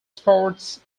sports